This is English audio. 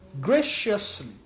graciously